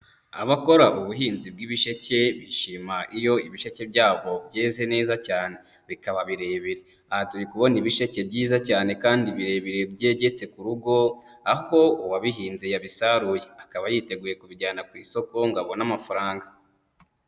Abakora ubuhinzi bw'ibisheke bishima iyo ibishete byabo byeze neza cyane bikaba birebire. Aha turi kubona ibisheke byiza cyane kandi birebire byegetse ku rugo, aho uwabihinze yabisaruye akaba yiteguye kubijyana ku isoko ngo abone amafaranga.